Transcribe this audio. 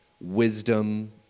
wisdom